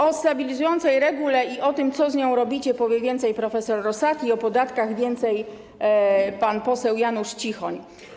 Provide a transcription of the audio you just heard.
O stabilizującej regule i o tym, co z nią robicie, powie więcej prof. Rosati, o podatkach - pan poseł Janusz Cichoń.